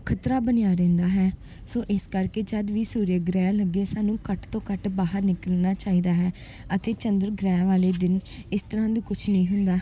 ਖਤਰਾ ਬਣਿਆ ਰਹਿੰਦਾ ਹੈ ਸੋ ਇਸ ਕਰਕੇ ਜਦ ਵੀ ਸੂਰਯ ਗ੍ਰਹਿਣ ਲੱਗੇ ਸਾਨੂੰ ਘੱਟ ਤੋਂ ਘੱਟ ਬਾਹਰ ਨਿਕਲਣਾ ਚਾਹੀਦਾ ਹੈ ਅਤੇ ਚੰਦਰ ਗ੍ਰਹਿਣ ਵਾਲੇ ਦਿਨ ਇਸ ਤਰ੍ਹਾਂ ਦੀ ਕੁਛ ਨਹੀਂ ਹੁੰਦਾ